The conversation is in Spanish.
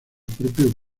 propio